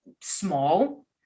small